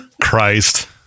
Christ